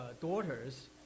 daughters